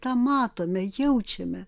tą matome jaučiame